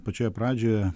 pačioje pradžioje